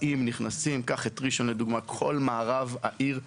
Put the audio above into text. באים ונכנסים קח את ראשון לדוגמה: כול מערב העיר פקוק.